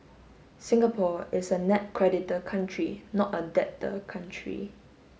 Singapore is a net creditor country not a debtor country